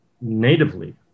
natively